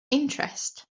interest